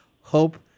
Hope